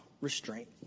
restraint